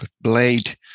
blade